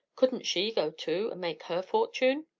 couldn't she go too, and make her fortune?